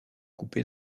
couper